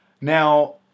Now